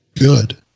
good